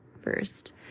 first